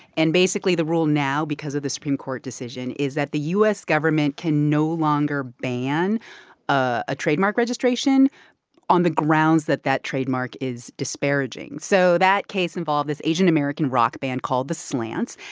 and basically, the rule now, because of the supreme court decision, is that the u s. government can no longer ban a trademark registration on the grounds that that trademark is disparaging. so that case involved this asian-american rock band called the slants.